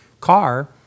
car